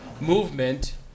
movement